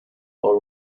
are